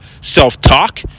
self-talk